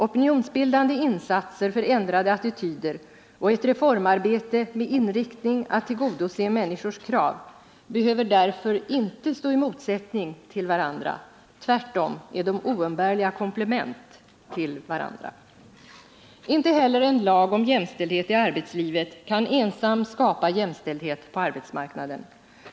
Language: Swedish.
Opinionsbildande insatser för ändrade attityder och ett reformarbete med inriktning att tillgodose människors krav behöver därför inte stå i motsättning till varandra. Tvärtom är de oumbärliga komplement till varandra. Inte heller en lag om jämställdhet i arbetslivet kan ensam skapa jämställdhet på arbetsmarknaden.